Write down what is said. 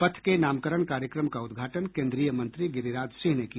पथ के नामकरण कार्यक्रम का उद्घाटन केंद्रीय मंत्री गिरिराज सिंह ने किया